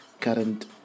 current